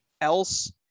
else